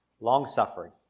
long-suffering